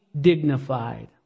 dignified